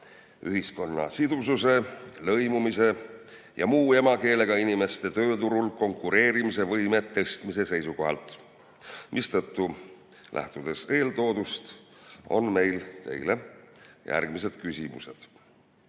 ühiskonna sidususe, lõimumise ja muu emakeelega inimeste tööturul konkureerimise võime tõstmise seisukohalt. Mistõttu, lähtudes eeltoodust, on meil teile järgmised küsimused.